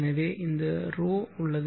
எனவே இந்த ρ உள்ளது